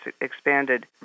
expanded